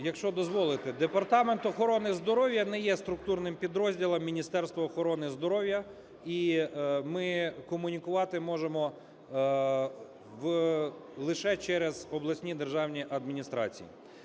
Якщо дозволите, департамент охорони здоров'я не є структурним підрозділом Міністерства охорони здоров'я і ми комунікувати можемо лише через обласні державні адміністрації.